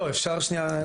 שנייה.